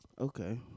Okay